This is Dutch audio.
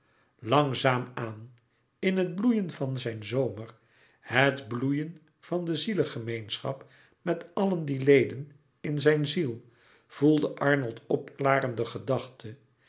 langzaam aan in het bloeien van zijn zomer het bloeien van de zielegemeenschap met allen die leden in zijn ziel voelde arnold opklaren de gedachte